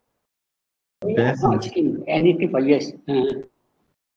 we anything for U_S